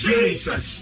Jesus